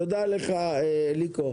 תודה לך, אליקו.